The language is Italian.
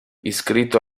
iscritto